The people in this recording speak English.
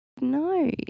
No